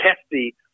testy